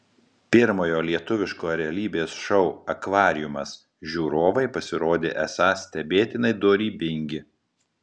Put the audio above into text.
pirmojo lietuviško realybės šou akvariumas žiūrovai pasirodė esą stebėtinai dorybingi